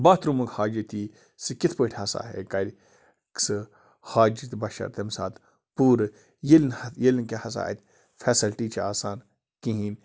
باتھ روٗمُک حاجت یی سُہ کِتھ پٲٹھۍ ہَسا کَرِ سُہ حاجت بَشَر تَمہِ ساتہٕ پوٗرٕ ییٚلہِ نہٕ ییٚلہِ نہٕ کہِ ہَسا اَتہِ فٮ۪سلٹی چھِ آسان کِہیٖنۍ